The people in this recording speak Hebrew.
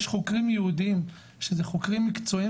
יש חוקרים ייעודיים שזה חוקרים מקצועיים